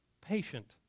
patient